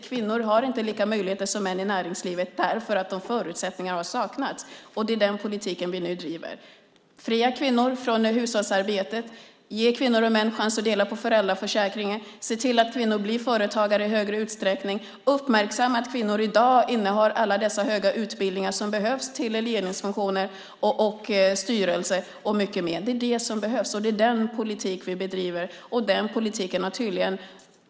Kvinnor har inte lika möjligheter som män i näringslivet därför att förutsättningarna har saknats. Det är den här politiken vi nu driver. Befria kvinnor från hushållsarbetet! Ge kvinnor och män chans att dela på föräldraförsäkringen! Se till att kvinnor blir företagare i högre utsträckning! Uppmärksamma att kvinnor i dag innehar alla dessa höga utbildningar som behövs i ledningsfunktioner och styrelser och mycket mer! Det är det som behövs, och det är den politik vi bedriver.